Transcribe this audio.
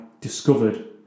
discovered